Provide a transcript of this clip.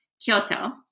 kyoto